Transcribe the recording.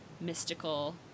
mystical